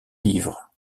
livres